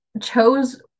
chose